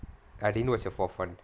I rewatch ah for fun